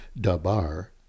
dabar